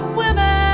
women